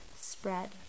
spread